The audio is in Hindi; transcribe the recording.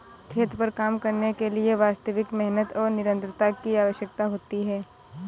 खेत पर काम करने के लिए वास्तविक मेहनत और निरंतरता की आवश्यकता होती है